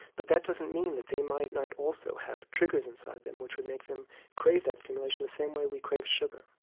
but that doesn't mean that they might not also have triggers inside them which would make them crave that stimulation the same way we crave sugar.